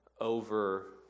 over